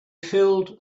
filled